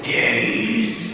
days